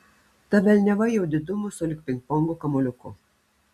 ta velniava jau didumo sulig pingpongo kamuoliuku